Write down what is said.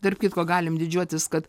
tarp kitko galim didžiuotis kad